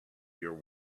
your